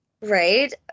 Right